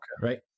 right